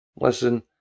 Listen